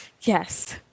Yes